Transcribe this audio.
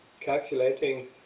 calculating